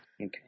Okay